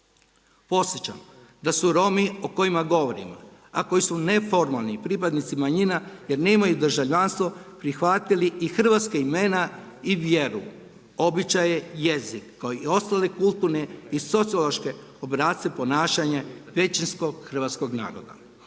Podsjećam da su Romi o kojima govorimo, a koji su neformalni pripadnici manjina jer nemaju državljanstvo prihvatili i hrvatska imena i vjeru, običaje, jezik, kao i ostale kulturne i sociološke obrasce ponašanja većinskog hrvatskog naroda.